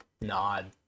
nod